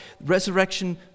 resurrection